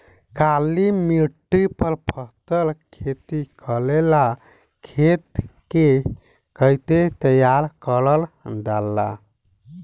काली मिट्टी पर फसल खेती करेला खेत के कइसे तैयार करल जाला?